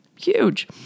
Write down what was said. Huge